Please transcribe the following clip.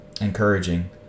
encouraging